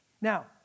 Now